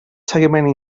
seguiment